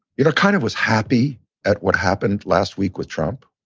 you know, kind of was happy at what happened last week with trump.